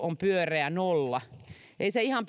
on pyöreä nolla ei se ihan